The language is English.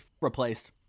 replaced